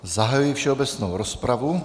Zahajuji všeobecnou rozpravu.